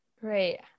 Great